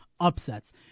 Upsets